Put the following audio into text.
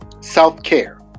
self-care